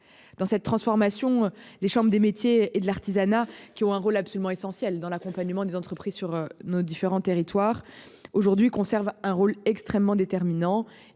dans cette transformation. Les chambres des métiers et de l'artisanat qui ont un rôle absolument essentiel dans l'accompagnement des entreprises sur nos différents territoires aujourd'hui conserve un rôle extrêmement déterminant